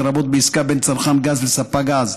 לרבות בעסקה בין צרכן גז לספק גז,